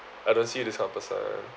I don't see you this kind of person